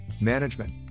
management